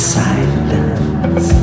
silence